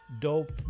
Dope